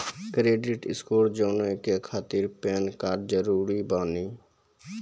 Credit score जाने के खातिर पैन कार्ड जरूरी बानी?